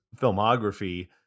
filmography